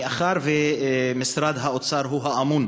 מאחר שמשרד האוצר הוא האמון